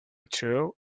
trill